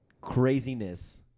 Craziness